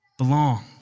belong